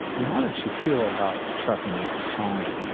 and how did she feel about trucking at the time,